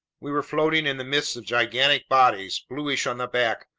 we were floating in the midst of gigantic bodies, bluish on the back,